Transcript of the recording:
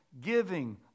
giving